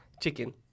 chicken